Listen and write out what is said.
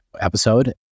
episode